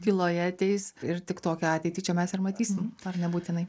tyloje ateis ir tik tokią ateitį čia mes ir matysim ar nebūtinai